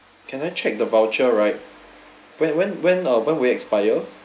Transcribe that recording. can I check the voucher right when when when uh when will it expire